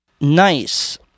Nice